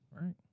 right